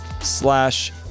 slash